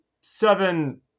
seven